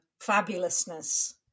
fabulousness